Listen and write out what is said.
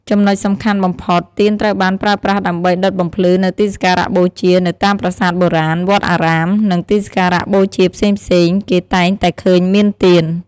ចំណុចសំខាន់បំផុត ទៀនត្រូវបានប្រើប្រាស់ដើម្បីដុតបំភ្លឺនៅទីសក្ការៈបូជា នៅតាមប្រាសាទបុរាណ វត្តអារាម និងទីសក្ការៈបូជាផ្សេងៗ គេតែងតែឃើញមានទៀន។